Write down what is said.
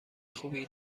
خوبی